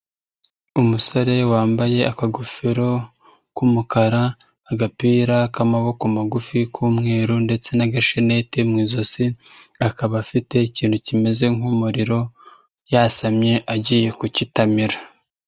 Umusore wambaye akagofero k'umukara, agapira k'amaboko magufi k'umweru ndetse n'agasheneti mu ijosi, akaba afite ikintu kimeze nk'umuriro, yasamye agiye kukitamira.